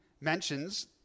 mentions